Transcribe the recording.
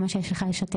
עם מה שיש לך לשתף.